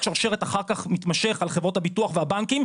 שרשרת אחר כך מתמשך על חברות הביטוח והבנקים,